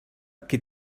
qui